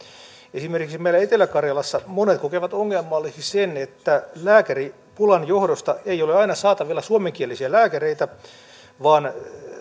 esimerkiksi meillä etelä karjalassa monet kokevat ongelmalliseksi sen että lääkäripulan johdosta ei ole aina saatavilla suomenkielisiä lääkäreitä vaan